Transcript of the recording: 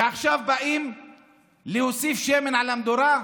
ועכשיו באים להוסיף שמן על המדורה,